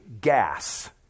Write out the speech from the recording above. gas